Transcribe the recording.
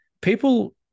people